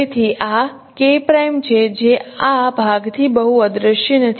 તેથી આ K' છે જે આ ભાગથી બહુ અદ્રશ્ય નથી